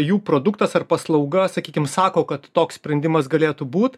jų produktas ar paslauga sakykim sako kad toks sprendimas galėtų būt